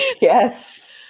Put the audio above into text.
Yes